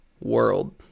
world